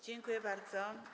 Dziękuję bardzo.